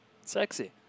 Sexy